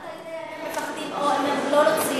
איך אתה יודע אם הם מפחדים או שהם לא רוצים?